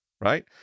right